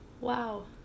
Wow